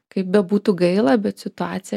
kaip bebūtų gaila bet situacija